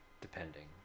Depending